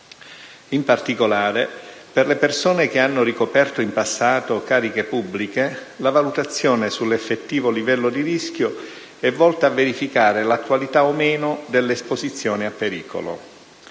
In particolare, per le persone che hanno ricoperto in passato cariche pubbliche, la valutazione sull'effettivo livello di rischio è volta a verificare la qualità o meno dell'esposizione a pericolo.